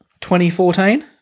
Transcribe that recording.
2014